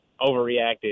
overreacted